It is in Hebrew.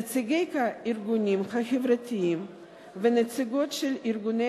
נציגי הארגונים החברתיים ונציגות של ארגוני